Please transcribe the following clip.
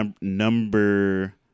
Number